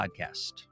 Podcast